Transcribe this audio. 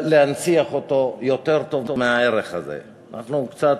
אנחנו קצת